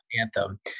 anthem